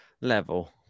Level